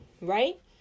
right